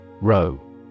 Row